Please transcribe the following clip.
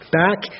back